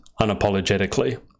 unapologetically